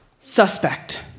Suspect